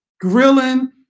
grilling